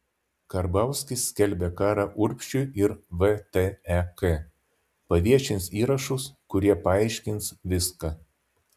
karbauskis skelbia karą urbšiui ir vtek paviešins įrašus kurie paaiškins viską